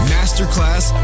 Masterclass